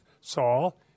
Saul